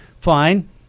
Fine